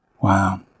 wow